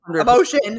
emotion